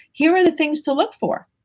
here are the things to look for.